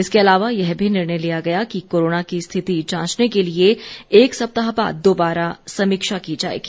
इसके अलावा यह भी निर्णय लिया गया कि कोरोना की स्थिति जांचने के लिए एक सप्ताह बाद दोबारा समीक्षा की जाएगी